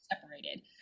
separated